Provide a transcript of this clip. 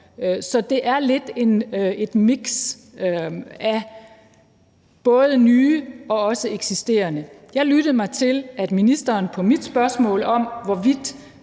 så det er lidt et miks af både nye og eksisterende. Jeg lyttede mig til, at ministeren på mit spørgsmål om, hvorvidt